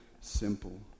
simple